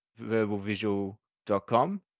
verbalvisual.com